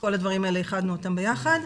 כל הדברים האלה, איחדנו אותם ביחד.